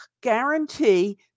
guarantee